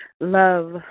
love